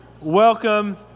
Welcome